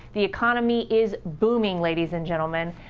the economy is booming, ladies and gentlemen.